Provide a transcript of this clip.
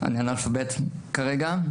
אני אנאלפבית כרגע,